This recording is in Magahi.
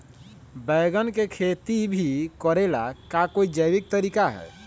बैंगन के खेती भी करे ला का कोई जैविक तरीका है?